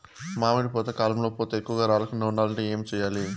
మామిడి పూత కాలంలో పూత ఎక్కువగా రాలకుండా ఉండాలంటే ఏమి చెయ్యాలి?